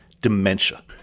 dementia